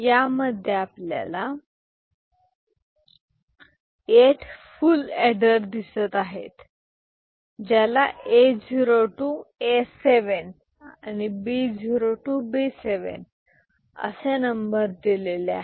यामध्ये आपल्याला 8 full adder दिसत आहेत ज्याला A0 A7 आणि B0 B7 असे नंबर दिलेले आहेत